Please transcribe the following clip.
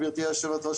גברתי יושבת הראש,